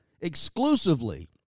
exclusively